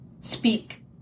speak